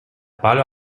palo